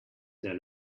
their